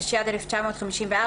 התשי"ד 1954,